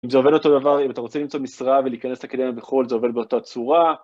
אם זה עובד אותו דבר, אם אתה רוצה למצוא משרה ולהיכנס לאקדמיה בחול, זה עובד באותה צורה.